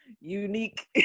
unique